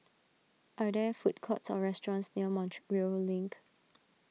are there food courts or restaurants near Montreal Link